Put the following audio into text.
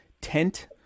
tent